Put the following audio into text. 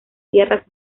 tierras